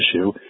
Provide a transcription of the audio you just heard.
issue